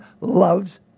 loves